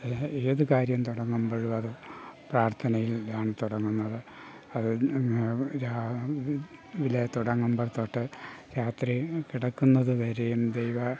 ഏതു കാര്യം തുടങ്ങുമ്പോഴും അത് പ്രാർത്ഥനയിലാണ് തുടങ്ങുന്നത് അത് രാവിലെ തുടങ്ങുമ്പം തൊട്ട് രാത്രി കിടക്കുന്നത് വരെയും ദൈവ